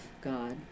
God